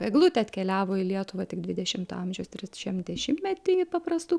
eglutė atkeliavo į lietuvą tik dvidešimto amžiaus trečiam dešimtmety į paprastų